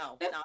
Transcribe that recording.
no